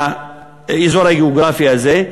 באזור הגיאוגרפי הזה,